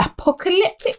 Apocalyptic